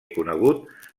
conegut